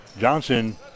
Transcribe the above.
Johnson